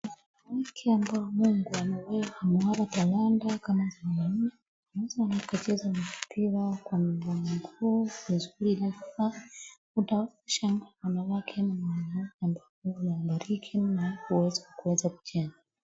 Mwanamke ambaye Mungu amemuweka ameweka talanta kama za mwanaume. Jinsi anacheza mpira kwa kwenye miguu vizuri na pia anatafuta wanawake ambapo Mungu amewabariki na kuweza kucheza.